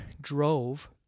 drove